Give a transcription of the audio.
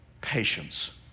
patience